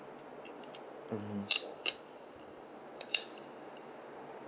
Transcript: mmhmm